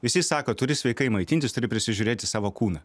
visi sako turi sveikai maitintis turi prisižiūrėti savo kūną